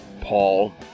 Paul